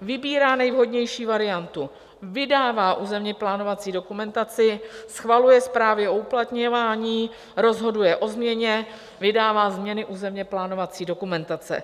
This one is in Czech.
vybírá nejvhodnější variantu, vydává územně plánovací dokumentaci, schvaluje zprávy o uplatňování, rozhoduje o změně, vydává změny územněplánovací dokumentace.